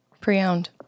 Pre-owned